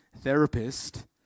therapist